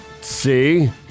See